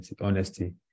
honesty